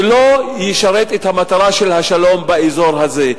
זה לא ישרת את המטרה של השלום באזור הזה.